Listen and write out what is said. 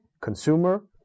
consumer